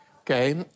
Okay